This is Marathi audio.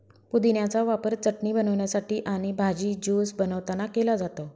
पुदिन्याचा वापर चटणी बनवण्यासाठी आणि भाजी, ज्यूस बनवतांना केला जातो